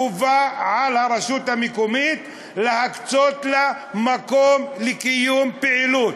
חובה על הרשות המקומית להקצות לה מקום לקיום פעילות.